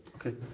Okay